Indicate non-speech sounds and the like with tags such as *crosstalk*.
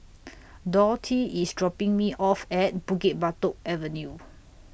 *noise* Dorthy IS dropping Me off At Bukit Batok Avenue